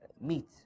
meat